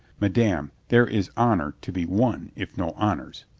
madame, there is honor to be won if no honors,